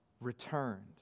returned